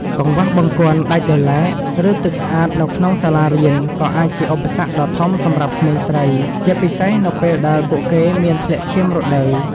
កង្វះបង្គន់ដាច់ដោយឡែក ឬទឹកស្អាតនៅក្នុងសាលារៀនក៏អាចជាឧបសគ្គដ៏ធំសម្រាប់ក្មេងស្រី ជាពិសេសនៅពេលដែលពួកគេមានធ្លាក់ឈាមរដូវ។